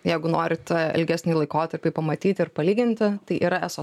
jeigu norit ilgesnį laikotarpį pamatyt ir palyginti tai yra eso